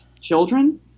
children